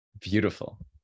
Beautiful